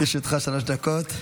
לרשותך שלוש דקות,